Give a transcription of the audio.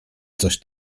coś